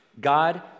God